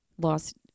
lost